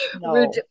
No